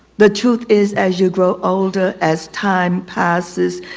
the truth is as you grow older, as time passes,